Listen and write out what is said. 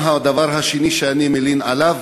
הדבר השני שאני מלין עליו: